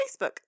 Facebook